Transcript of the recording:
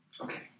Okay